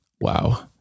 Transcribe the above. wow